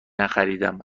نخریدم